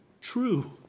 true